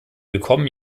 bekommen